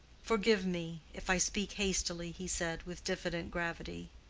forgive me, if i speak hastily, he said, with diffident gravity.